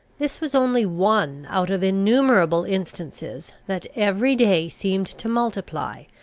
this was only one out of innumerable instances, that every day seemed to multiply,